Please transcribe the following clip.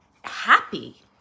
happy